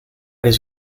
les